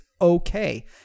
okay